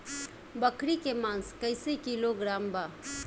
बकरी के मांस कईसे किलोग्राम बा?